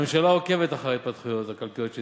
הממשלה עוקבת אחר ההתפתחויות הכלכליות שציינת,